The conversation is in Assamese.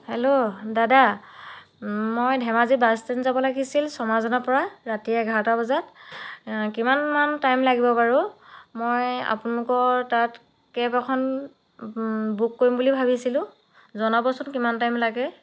হেল্ল' দাদা মই ধেমাজি বাছ ষ্টেণ্ড যাব লাগিছিল চমাৰজানৰ পৰা ৰাতি এঘাৰটা বজাত কিমান মান টাইম লাগিব বাৰু মই আপোনালোকৰ তাত কেব এখন বুক কৰিম বুলি ভাবিছিলোঁ জনাবচোন কিমান টাইম লাগে